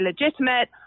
legitimate